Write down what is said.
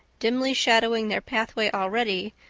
dimly shadowing their pathway already,